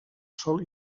sol